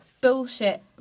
bullshit